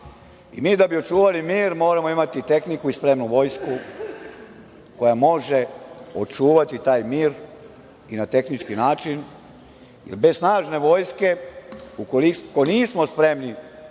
Da bi očuvali mir moramo imati tehniku i spremnu vojsku koja može očuvati taj mir i na tehnički način, jer bez snažne vojske, ako nismo spremni